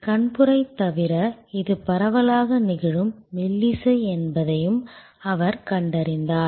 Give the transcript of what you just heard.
கண்புரை தவிர இது பரவலாக நிகழும் மெல்லிசை என்பதையும் அவர் கண்டறிந்தார்